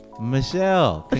Michelle